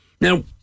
Now